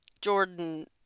Jordan